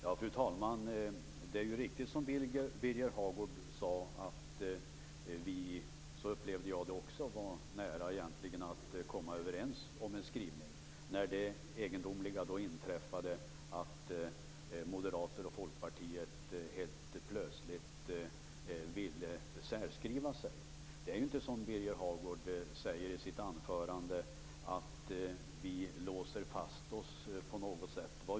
Fru talman! Det är riktigt som Birger Hagård sade att vi var nära att komma överens om en skrivning. Så upplevde jag det också. Det egendomliga inträffade då att Moderaterna och Folkpartiet helt plötsligt ville göra en särskrivning. Men det är inte som Birger Hagård sade att vi låser fast oss.